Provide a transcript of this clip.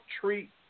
treat